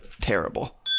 Terrible